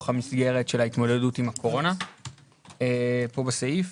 המסגרת של ההתמודדות עם הקורונה פה בסעיף.